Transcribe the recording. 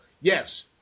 yes